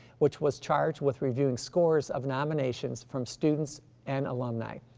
which was charged with reviewing scores of nominations from students and alumni.